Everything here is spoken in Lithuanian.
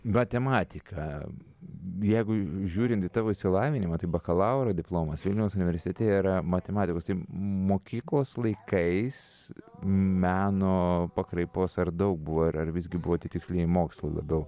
matematika jeigu žiūrint į tavo išsilavinimą tai bakalauro diplomas vilniaus universitete yra matematikos tai mokyklos laikais meno pakraipos ar daug buvo ir ar ar visgi buvo tie tikslieji mokslai labiau